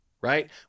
right